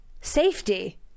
safety